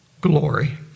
Glory